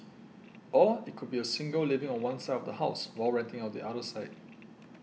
or it could be a single living on one side of the house while renting out the other side